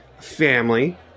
family